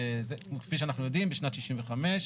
כפי שאנחנו יודעים, בשנת 65'